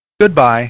Goodbye